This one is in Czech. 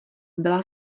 byla